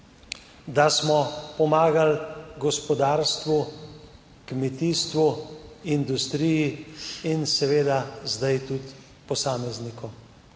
Da smo pomagali gospodarstvu, kmetijstvu, industriji in seveda zdaj tudi posameznikom.